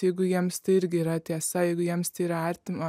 jeigu jiems tai irgi yra tiesa jeigu jiems tai yra artima